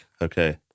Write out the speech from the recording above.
Okay